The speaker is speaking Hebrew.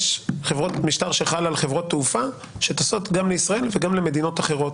יש חברות משטר שחל על חברות תעופה שטסות גם לישראל וגם למדינות אחרות,